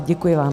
Děkuji vám.